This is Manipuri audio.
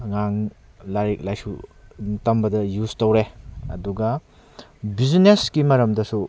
ꯑꯉꯥꯡ ꯂꯥꯏꯔꯤꯛ ꯂꯥꯏꯁꯨ ꯇꯝꯕꯗ ꯌꯨꯁ ꯇꯧꯔꯦ ꯑꯗꯨꯒ ꯕꯤꯖꯤꯅꯦꯁꯀꯤ ꯃꯔꯝꯗꯁꯨ